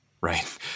Right